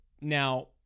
Now